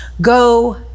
go